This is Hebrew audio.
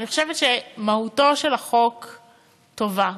אני חושבת שמהותו של החוק טובה,